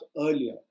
earlier